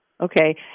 Okay